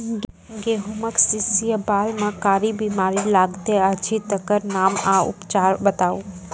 गेहूँमक शीश या बाल म कारी बीमारी लागतै अछि तकर नाम आ उपचार बताउ?